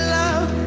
love